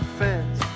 fence